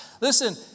Listen